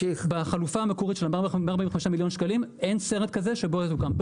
בחלופה המקורית של 145 מיליון שקלים אין סרט כזה שבו זה יוקם.